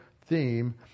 theme